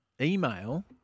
email